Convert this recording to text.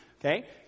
Okay